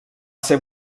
ser